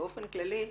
באופן כללי,